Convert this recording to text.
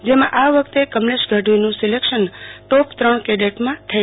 જેમાં આ વખતે કમલેશ ગઢવીનું સિલેકશન ટોપ ત્રણ કેડેટમાં થયો